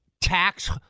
tax